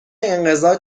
انقضا